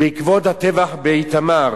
בעקבות הטבח באיתמר